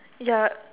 ya